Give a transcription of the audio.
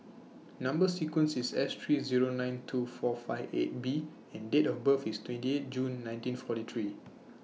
Number sequence IS S three Zero nine two four five eight B and Date of birth IS twenty eight June nineteen forty three